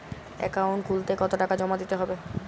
Account খুলতে কতো টাকা জমা দিতে হবে?